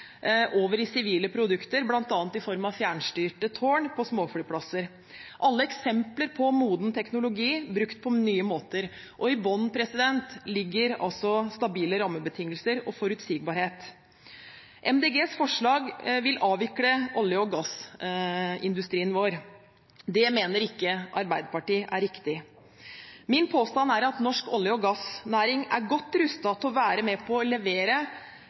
over i sivile produkter, bl.a. i form av fjernstyrte tårn på småflyplasser – alle eksempler på moden teknologi brukt på nye måter. I bunnen ligger stabile rammebetingelser og forutsigbarhet. MDGs forslag vil avvikle olje- og gassindustrien vår. Det mener Arbeiderpartiet ikke er riktig. Min påstand er at norsk olje- og gassnæring er godt rustet til å være med på å levere